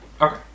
Okay